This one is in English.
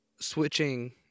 switching